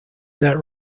that